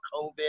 COVID